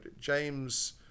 James